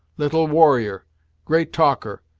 little warrior great talker.